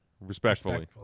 Respectfully